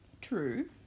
True